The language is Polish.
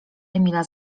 emila